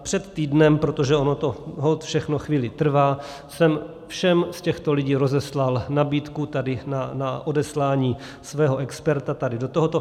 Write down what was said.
Před týdnem, protože ono to holt všechno chvíli trvá, jsem všem z těchto lidí rozeslal nabídku tady na odeslání svého experta do tohoto.